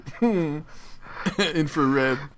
Infrared